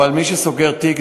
אבל מי שסוגר תיק,